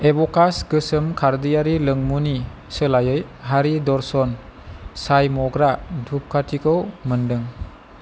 abacus गोसोम खारदैयारि लोंमुनि सोलायै हरि दर्शन साइ मग्रा धुपखाथिखौ मोनदों